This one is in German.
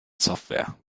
software